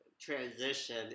transition